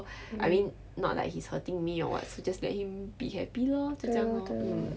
I mean not like he's hurting me or what so just let him be happy lor 就这样 lor mm